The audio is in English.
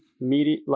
media